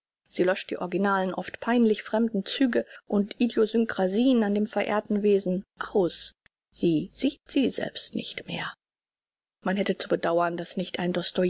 sie löscht die originalen oft peinlich fremden züge und idiosynkrasien an dem verehrten wesen aus sie sieht sie selbst nicht man hätte zu bedauern daß nicht ein